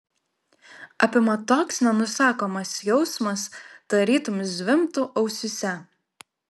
apima toks nenusakomas jausmas tarytum zvimbtų ausyse